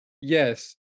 Yes